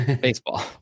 Baseball